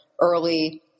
early